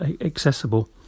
accessible